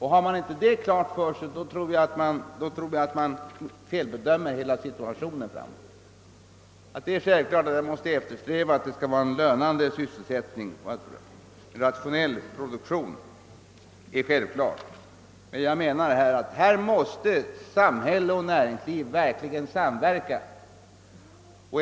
Har man inte detta klart för sig, felbedömer man hela situationen. Att man måste eftersträva lönande sysselsättning och rationell produktion är självklart. Här måste samhälle och näringsliv verkligen samverka.